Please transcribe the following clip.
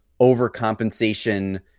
overcompensation